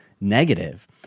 negative